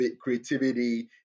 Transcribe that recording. creativity